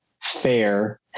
fair